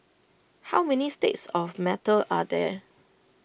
how many states of matter are there